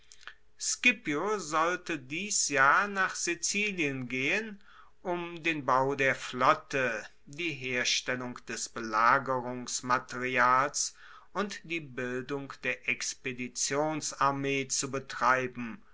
scipio sollte dies jahr nach sizilien gehen um den bau der flotte die herstellung des belagerungsmaterials und die bildung der expeditionsarmee zu betreiben